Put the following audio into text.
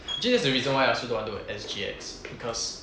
actually that's the reason why I also don't want do at S_G_X because